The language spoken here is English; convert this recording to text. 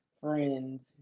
friends